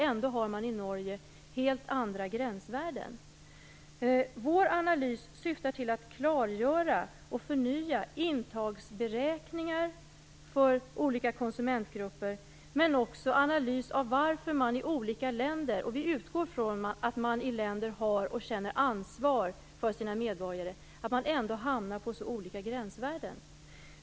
Ändå har man i Norge helt andra gränsvärden. Vår analys syftar alltså till att klargöra och förnya intagsberäkningar för olika konsumentgrupper. Men den syftar också till en analys - vi utgår då från att man i andra länder har och känner ansvar för sina medborgare - av varför man i olika länder hamnar på så olika gränsvärden.